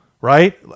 right